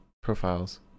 profiles